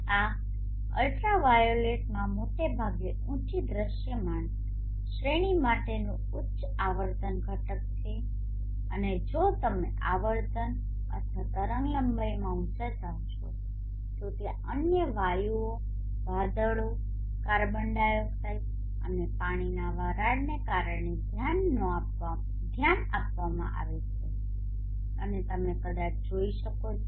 આ અલ્ટ્રાવાયોલેટમાં મોટે ભાગે ઉંચી દૃશ્યમાન શ્રેણી માટેનું ઉચ્ચ આવર્તન ઘટક છે અને જો તમે આવર્તન અથવા તરંગલંબાઇમાં ઉંચા જાઓ છો તો ત્યાં અન્ય વાયુઓ વાદળો કાર્બન ડાયોક્સાઇડ અને પાણીના વરાળને કારણે ધ્યાન આપવામાં આવે છે અને તમે કદાચ જોઈ શકો છો